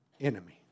enemy